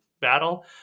battle